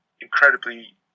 incredibly